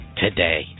today